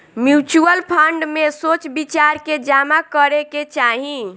mutual fund में सोच विचार के जामा करे के चाही